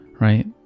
right